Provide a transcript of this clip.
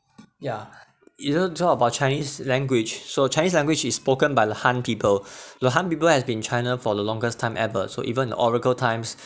ya you don't talk about chinese language so chinese language is spoken by the han people the han people has been in china for the longest time ever so even oracle times